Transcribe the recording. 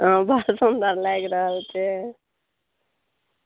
बड़ा सुन्दर लागि रहल छै